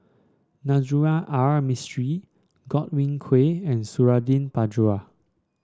Navroji R Mistri Godwin Koay and Suradi Parjo